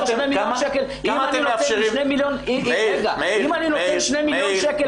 אם אני לוקח 2 מיליון שקל,